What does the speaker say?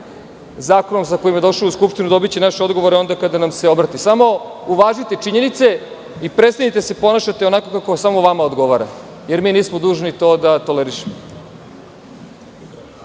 zakonom sa kojim je došao u Skupštinu, dobiće naše odgovore onda kada nam se obrati. Samo uvažite činjenice i prestanite da se ponašate onako kako samo vama odgovara jer mi nismo dužni to da tolerišemo.